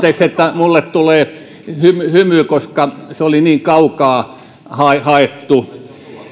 että minulle tulee hymy koska se oli niin kaukaa haettu